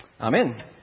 Amen